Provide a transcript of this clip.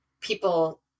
people